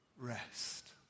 rest